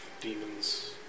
demons